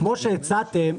כמו שהצעתם,